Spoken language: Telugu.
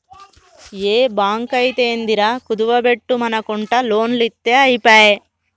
ఏ బాంకైతేందిరా, కుదువ బెట్టుమనకుంట లోన్లిత్తె ఐపాయె